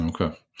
okay